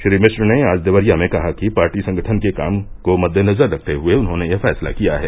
श्री मिश्र ने आज देवरिया मे कहा कि पार्टी संगठन के काम को मद्देनज़र रखते हुए उन्होंने यह फ़ैसला किया है